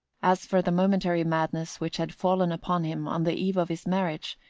as for the momentary madness which had fallen upon him on the eve of his marriage,